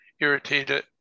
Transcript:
irritated